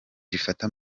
gifata